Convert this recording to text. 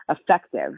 effective